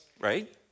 right